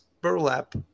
burlap